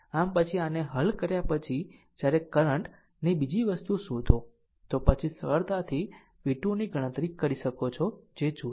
આમ પછી આને હલ કર્યા પછી જ્યારે કરંટ ની બીજી વસ્તુ શોધો તો પછી સરળતાથી v2 ની ગણતરી કરી શકો છો જે જોશે